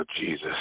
Jesus